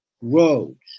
roads